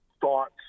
thoughts